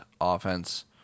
offense